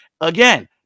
Again